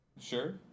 sure